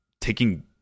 taking